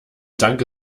danke